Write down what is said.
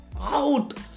out